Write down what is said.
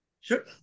sure